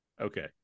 Okay